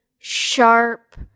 sharp